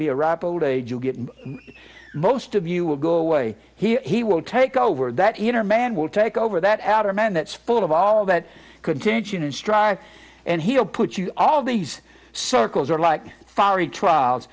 be a ripe old age you'll get most of you will go away he will take over that inner man will take over that outer man that's full of all that contingent and strive and he'll put you all these circles are like fiery trials